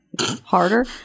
Harder